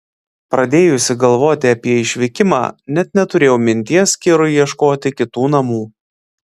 pradėjusi galvoti apie išvykimą net neturėjau minties kirui ieškoti kitų namų